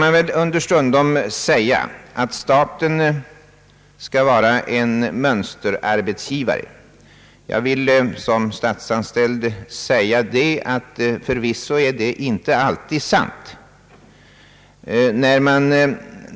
Man brukar understundom framhålla att staten skall vara en mönsterarbetsgivare. Jag vill såsom statsanställd förklara, att detta förvisso inte alltid är sant.